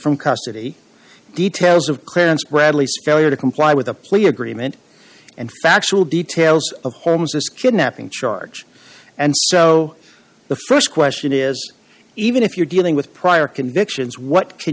from custody details of clarence bradley's failure to comply with a plea agreement and factual details of holmes this kidnapping charge and so the st question is even if you're dealing with prior convictions what can